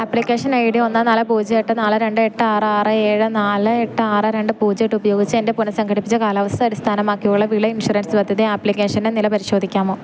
application I D ഒന്ന് നാല് പൂജ്യം എട്ട് നാല് രണ്ട് എട്ട് ആറ് ആറ് ഏഴ് നാല് എട്ട് ആറ് രണ്ട് പൂജ്യം എട്ട് ഉപയോഗിച്ച് എൻ്റെ പുനസംഘടിപ്പിച്ച കാലാവസ്ഥ അടിസ്ഥാനമാക്കിയുള്ള വിള ഇൻഷുറൻസ് പദ്ധതി ആപ്ലിക്കേഷൻ്റെ നില പരിശോധിക്കാമോ